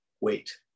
Wait